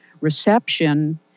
reception